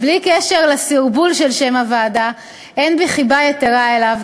בלי קשר לסרבול של שם הוועדה אין בי חיבה יתרה אליו,